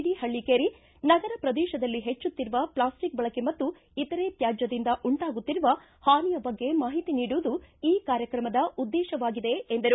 D Hallakeri ನಗರ ಪ್ರದೇಶದಲ್ಲಿ ಹೆಚ್ಚುತ್ತಿರುವ ಪ್ಲಾಸ್ಟಿಕ್ ಬಳಕೆ ಮತ್ತು ಇತರೆ ತ್ಯಾಜ್ಯದಿಂದ ಉಂಟಾಗುತ್ತಿರುವ ಹಾನಿಯ ಬಗ್ಗೆ ಮಾಹಿತಿ ನೀಡುವುದು ಈ ಕಾರ್ಯಕ್ರಮದ ಉದ್ದೇಶವಾಗಿದೆ ಎಂದರು